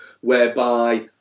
whereby